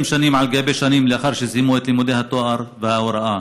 שנים על גבי שנים לאחר שסיימו את לימודי התואר וההוראה.